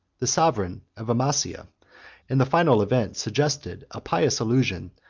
the sovereign of amasia and the final event suggested a pious allusion,